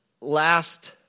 last